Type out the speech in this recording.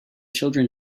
children